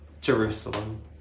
Jerusalem